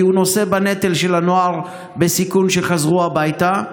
כי הוא נושא בנטל של הנוער בסיכון שחזר הביתה,